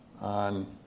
on